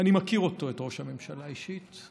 אני מכיר אותו, את ראש הממשלה, אישית.